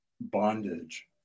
bondage